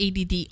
ADD